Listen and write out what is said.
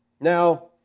Now